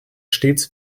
stets